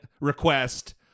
request